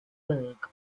berg